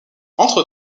entre